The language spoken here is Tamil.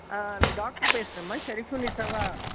இந்த டாக்ட்ரு பேசுகிறேன்மா ஷெரிஃப்ஃபுல் நிஷாவா